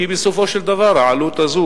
כי בסופו של דבר העלות הזאת,